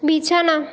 বিছানা